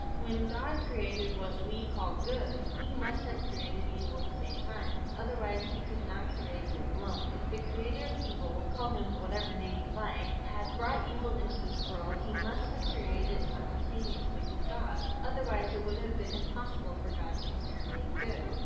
when god created what we call good, he must have created evil at the same time, otherwise he could not create good alone. if the creator of evil, call him by whatever name you like, had brought evil into this world, he must have created it simultaneously with god otherwise it would have been impossible for god to create good,